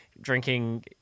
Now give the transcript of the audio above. Drinking